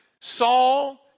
Saul